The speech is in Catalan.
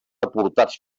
aportats